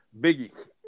Biggie